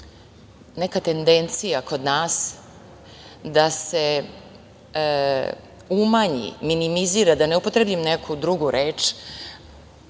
neka tendencija kod nas da se umanji, minimizira, da ne upotrebim neku drugu reč,